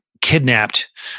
kidnapped